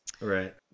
right